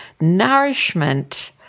nourishment